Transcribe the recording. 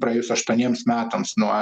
praėjus aštuoniems metams nuo